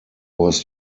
was